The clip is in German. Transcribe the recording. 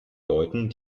leuten